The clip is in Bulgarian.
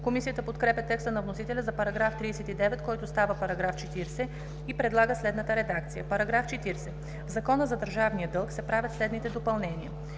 Комисията подкрепя текста на вносителя за § 39, който става § 40 и предлага следната редакция: „§ 40. В Закона за държавния дълг се правят следните допълнения: